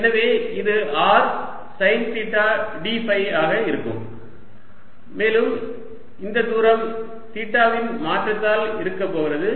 எனவே இது r sine theta d phi ஆக இருக்கும் மேலும் இந்த தூரம் தீட்டாவின் மாற்றத்தால் இருக்கப்போகிறது